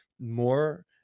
more